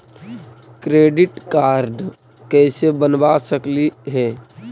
Credit card कैसे बनबा सकली हे?